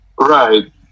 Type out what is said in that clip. Right